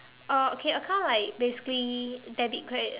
uh okay account like basically debit credit